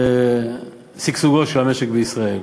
בשגשוגו של המשק בישראל.